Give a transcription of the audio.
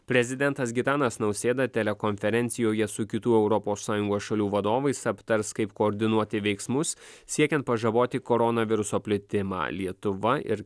prezidentas gitanas nausėda telekonferencijoje su kitų europos sąjungos šalių vadovais aptars kaip koordinuoti veiksmus siekiant pažaboti koronaviruso plitimą lietuva ir